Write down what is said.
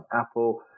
apple